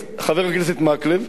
חבר הכנסת מקלב,